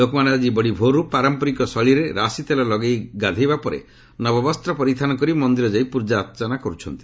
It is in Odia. ଲୋକମାନେ ଆଜି ବଡ଼ିଭୋର୍ରୁ ପାରମ୍ପରିକ ଶୈଳୀରେ ରାଶିତେଲ ଲଗାଇ ଗାଧୋଇବା ପରେ ନବବସ୍ତ ପରିଧାନ କରି ମନ୍ଦିର ଯାଇ ପ୍ରଜାର୍ଚ୍ଚନା କରିଛନ୍ତି